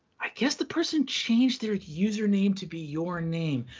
i guess the person changed their username to be your name,